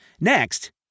Next